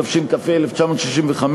התשכ"ה 1965,